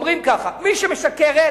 אומרים ככה: מי שמשקרת